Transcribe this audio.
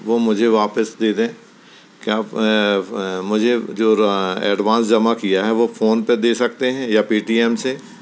वह मुझे वापस दे दें मुझे जो एडवांस जमा किया है वह फोन पर दे सकते हैँ या पेटीएम से